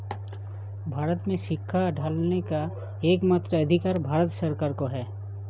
भारत में सिक्का ढालने का एकमात्र अधिकार भारत सरकार को है